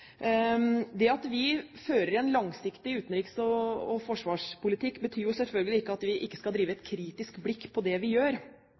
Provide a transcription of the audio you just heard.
Det at vi fører en langsiktig utenriks- og forsvarspolitikk, betyr jo selvfølgelig ikke at vi ikke skal ha et kritisk blikk på det vi gjør,